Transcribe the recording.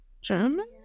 German